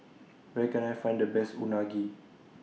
Where Can I Find The Best Unagi